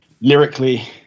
lyrically